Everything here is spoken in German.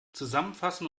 zusammenfassen